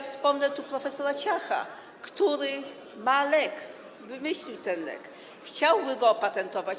Wspomnę tu prof. Ciacha, który ma lek, wymyślił lek i chciałby go opatentować.